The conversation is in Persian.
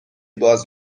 باز